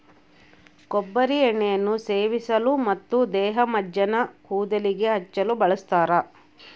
ಕೊಬ್ಬರಿ ಎಣ್ಣೆಯನ್ನು ಸೇವಿಸಲು ಮತ್ತು ದೇಹಮಜ್ಜನ ಕೂದಲಿಗೆ ಹಚ್ಚಲು ಬಳಸ್ತಾರ